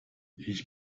ich